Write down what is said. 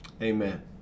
Amen